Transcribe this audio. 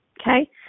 Okay